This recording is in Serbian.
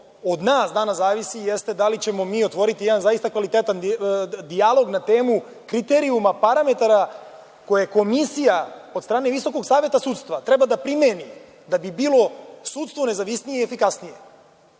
od nas danas zavisi jeste da li ćemo mi otvoriti jedan zaista kvalitetan dijalog na temu kriterijuma, parametara koje komisija od strane Visokog saveta sudstva treba da primeni da bi bilo sudstvo nezavisnije i efikasnije.Zašto